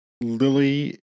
Lily